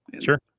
Sure